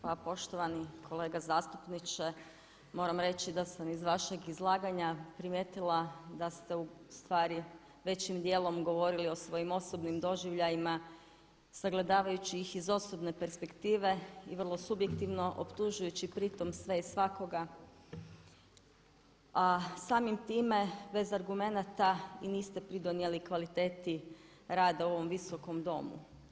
Pa poštovani kolega zastupniče moram reći da sam iz vašeg izlaganja primijetila da ste ustvari većim dijelom govorili o svojim osobnim doživljajima sagledavajući ih iz osobne perspektive i vrlo subjektivno optužujući pritom sve i svakoga a samim time bez argumenata niste pridonijeli kvaliteti rada u ovom Visokom domu.